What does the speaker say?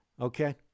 okay